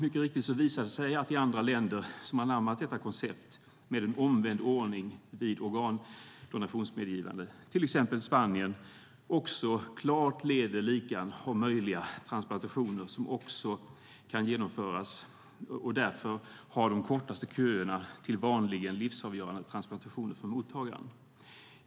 Mycket riktigt har det visat sig att i andra länder som har anammat detta koncept med en omvänd ordning vid medgivande för organdonation, till exempel Spanien, också klart leder ligan om möjliga transplantationer som kan genomföras. Därför har Spanien de kortaste köerna till vanliga livsavgörande transplantationer för mottagaren.